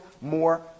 more